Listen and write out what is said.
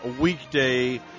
weekday